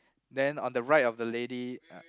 then on the right of the lady uh